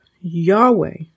Yahweh